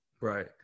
right